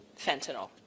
fentanyl